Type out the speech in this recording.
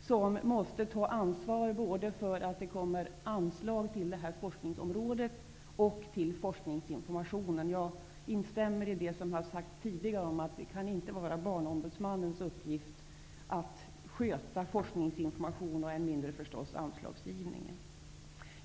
som måste ta ansvar både för att det kommer anslag till detta forskningsområde och till forskningsinformationen. Jag instämmer i det som sagts tidigare om att det inte kan vara Barnombudsmannens uppgift att sköta forskningsinformationen och än mindre förstås, anslagsgivningen.